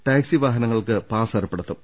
taxi വാഹന ങ്ങൾക്ക് pass ഏർപ്പെടുത്തും